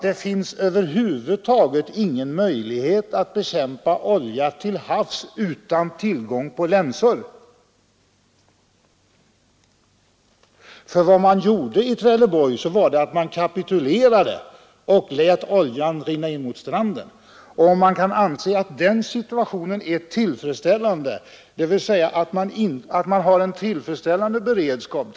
Det finns över huvud taget ingen möjlighet att bekämpa olja till havs utan tillgång till länsor. Vad man gjorde i Trelleborg var att man kapitulerade och lät oljan rinna in mot stranden. Kan det anses vittna om att vi har en tillfredsställande beredskap?